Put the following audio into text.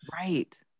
right